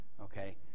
okay